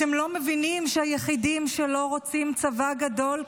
אתם לא מבינים שהיחידים שלא רוצים צבא גדול,